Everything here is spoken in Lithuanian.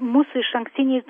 mūsų išankstiniais